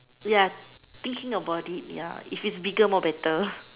ya thinking about ya if it's bigger more better